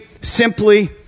simply